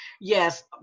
Yes